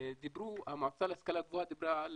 המועצה להשכלה גבוהה דיברה,